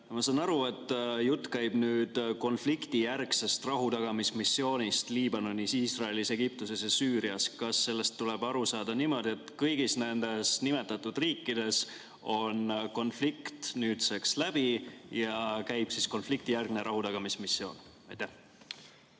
Ma saan aru, et jutt käib konfliktijärgsest rahutagamismissioonist Liibanonis, Iisraelis, Egiptuses ja Süürias. Kas sellest tuleb aru saada niimoodi, et kõigis nendes nimetatud riikides on konflikt nüüdseks läbi ja käib konfliktijärgne rahutagamismissioon? Aitäh,